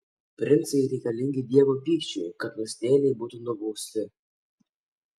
princai reikalingi dievo pykčiui kad nusidėjėliai būtų nubausti